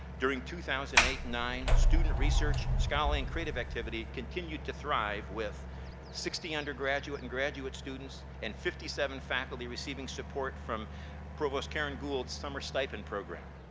during two thousand and eight nine, student research, scholarly and creative activity continued to thrive with sixty undergraduate and graduate students, and fifty seven faculty receiving support from provost karen gould's summer stipend program.